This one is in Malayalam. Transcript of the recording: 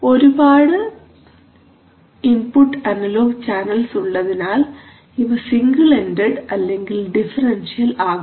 ഒരുപാട് ഇൻപുട്ട് അനലോഗ് ചാനൽസ് ഉള്ളതിൽ ഇവ സിംഗിൾ എൻഡഡ് അല്ലെങ്കിൽ ഡിഫറൻഷ്യൽ ആകാം